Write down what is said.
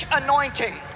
anointing